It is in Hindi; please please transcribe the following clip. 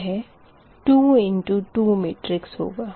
यह 2 इंटु 2 मेट्रिक्स होगा